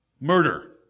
murder